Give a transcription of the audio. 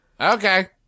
Okay